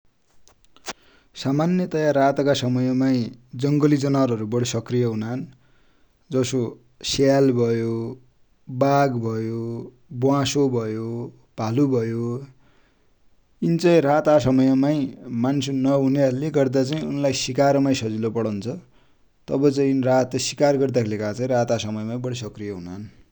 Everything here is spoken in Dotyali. सामान्यतया रात का समय माइ जङलि जनावर हरु बडी सक्रिय हुनान, जसो स्याल भयो, बाग भयो, ब्वासो भयो, भालु भयो यिनि चाइ रात को समय माइ मान्सु नहुने ले गर्दा सिकार माइ सजिलो परन्छ तब चाइ इनि रात सिकार गर्दा कि चाइ यिनि रात का समय माइ बडी सक्रिय हुनान ।